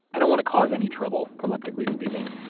i don't want to cause any trouble, proleptically speaking,